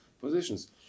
positions